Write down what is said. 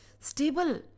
Stable